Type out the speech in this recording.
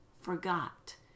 forgot